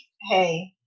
hey